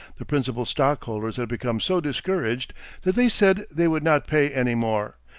the principal stockholders had become so discouraged that they said they would not pay any more,